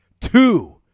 Two